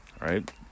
right